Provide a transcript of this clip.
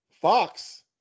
Fox